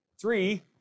Three